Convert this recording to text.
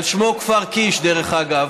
על שמו כפר קיש, דרך אגב: